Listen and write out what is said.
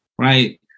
right